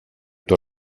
эту